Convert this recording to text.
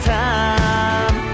time